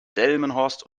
delmenhorst